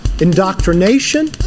indoctrination